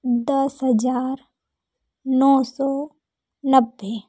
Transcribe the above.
दस हज़ार नौ सौ नब्बे